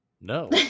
No